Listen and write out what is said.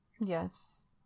Yes